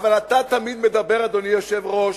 אבל אתה תמיד מדבר, אדוני היושב-ראש,